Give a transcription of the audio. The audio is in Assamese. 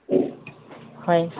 হয়